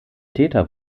täter